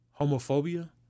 homophobia